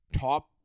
top